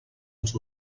als